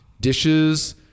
dishes